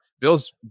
Bills